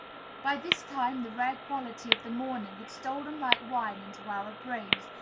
by this time the rare quality of the morning had stolen like wine into our brains,